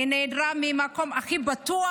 היא נעדרה מהמקום הכי בטוח,